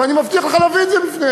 ואני מבטיח לך להביא את זה בפניהם.